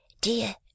dear